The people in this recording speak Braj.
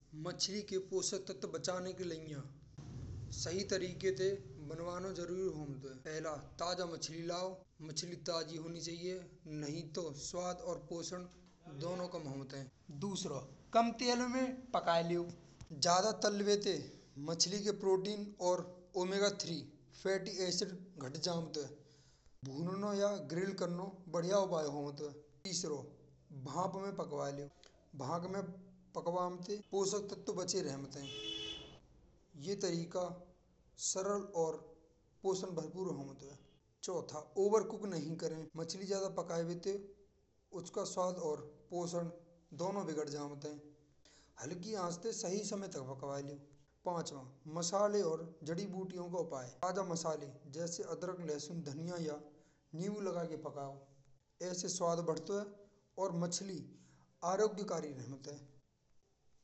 मछली के पोषक तत्व बचाने के लिए सही तारीख से बनवाना जरूरी होता है, पहिला ताजा मछली लाओ मछली ताजी होनी चाहिये। नहीं तो स्वाद और पोषण दोनौ कम होत है। दूसरा: कम तेल में पका लेव। ज्यादा तलवे से मछली के प्रोटीन और ओमेगा तीन फैटिक एसिड घाटा जमत है। भुनों या ग्रिल करो बढ़ियों उछावत है। तीसरो भाप में भगवा वे पोषक तत्व बचे रहते हैं। यह तरीका सरल और पोषण भरपूर होत हैं। चौथा: ओवर कुक नहीं करें। मछली ज्यादा पकेवे ते हुए उसका स्वाद और पोषण दोनौ बिगड़ जावत है। हल्की आंच ते सही समय तक पका लो। पांचवा मसाले और जड़ी बूटियों का उपाय: जैसे अदरक धनिया या नींबू लगाके पका वे है। ऐसो स्वाद बढ़तो है। और मछली आरोग्यकारी में निकलते भी कम है।